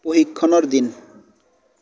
প্ৰশিক্ষণৰ দিন